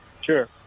Sure